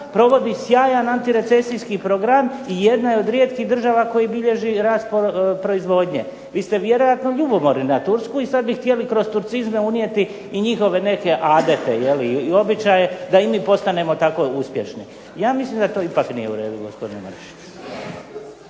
provodi sjajan antirecesijski program i jedna je od rijetkih država koji bilježi rast proizvodnje. Vi ste vjerojatno ljubomorni na Tursku i sad bi htjeli kroz turcizme unijeti i njihove neke …/Govornik se ne razumije./… je li i običaje da i mi postanemo tako uspješni. Ja mislim da to ipak nije u redu gospodine Mršiću.